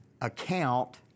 account